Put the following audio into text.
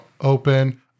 open